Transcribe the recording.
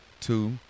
Two